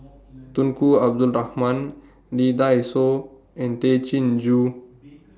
Tunku Abdul Rahman Lee Dai Soh and Tay Chin Joo